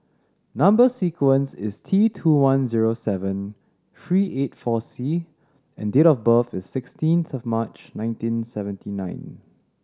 number sequence is T two one zero seven three eight four C and date of birth is sixteenth of March nineteen seventy nine